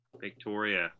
Victoria